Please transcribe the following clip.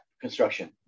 construction